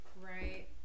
Right